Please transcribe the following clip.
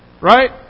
right